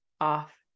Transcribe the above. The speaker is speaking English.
off